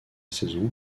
saison